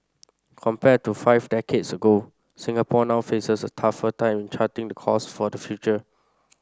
compared to five decades ago Singapore now faces a tougher time in charting the course for the future